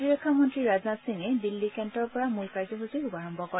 প্ৰতিৰক্ষা মন্তী ৰাজনাথ সিঙে দিল্লী কেণ্টৰ পৰা মূল কাৰ্যসূচীৰ শুভাৰম্ভ কৰে